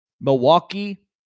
Milwaukee